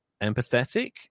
empathetic